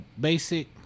basic